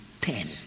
ten